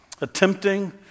attempting